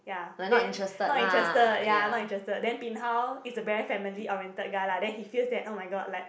ya then not interested ya not interested then bin hao is a very family oriented guy lah then he feels that oh-my-god like